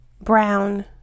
brown